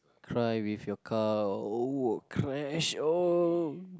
cry with your car oh crash oh